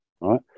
Right